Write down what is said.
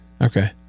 Okay